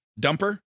dumper